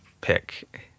pick